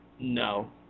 no